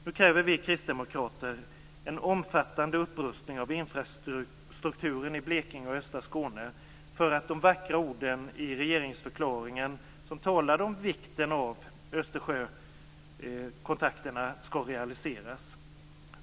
Nu kräver vi kristdemokrater en omfattande upprustning av infrastrukturen i Blekinge och östra Skåne för att de vackra orden i regeringsförklaringen som talar om vikten av Östersjökontakterna skall realiseras.